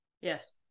Yes